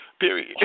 Period